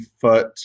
foot